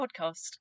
podcast